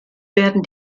werden